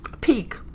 peak